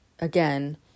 again